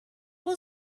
will